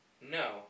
No